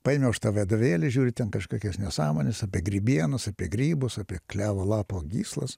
paėmiau aš tą vadovėlį žiūriu aš ten kažkokios nesąmonės apie grybienas apie grybus apie klevo lapo gyslas